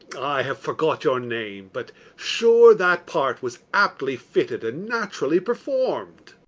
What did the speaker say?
i have forgot your name but, sure, that part was aptly fitted and naturally perform'd.